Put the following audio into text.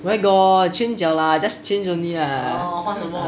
where got change liao lah just change only ah